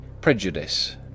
Prejudice